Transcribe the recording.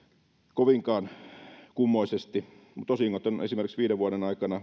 kovinkaan kummoisesti mutta yritysten osingot ovat esimerkiksi viiden vuoden aikana